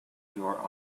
your